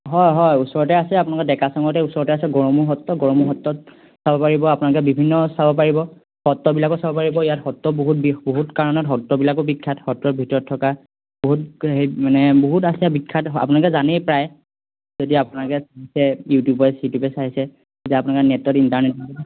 হয় হয় ওচৰতে আছে আপোনালোকক ডেকা চাঙতে ওচৰতে আছে গড়মূৰ সত্ৰ গড়মূৰ সত্ৰত চাব পাৰিব আপোনালোকে বিভিন্ন চাব পাৰিব সত্ৰবিলাকো চাব পাৰিব ইয়াত সত্ৰ বহুত বিহ বহুত কাৰণত সত্ৰবিলাকো বিখ্যাত সত্ৰৰ ভিতৰত থকা বহুত হেৰি মানে বহুত আছে বিখ্যাত আপোনালোকে জানেই প্ৰায় যদি আপোনালোকে চাইছে ইউটিউবে চিউটিউবে চাইছে যদি আপোনালোকে নেটত ইণ্টাৰনেট